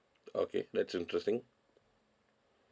okay that's interesting